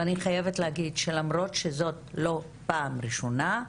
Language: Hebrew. ואני חייבת להגיד שלמרות שזאת לא פעם ראשונה,